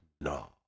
No